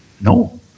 no